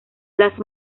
las